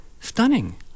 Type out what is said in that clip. stunning